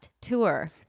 tour